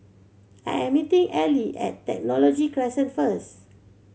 I am meeting Ally at Technology Crescent first